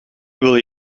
wil